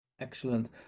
Excellent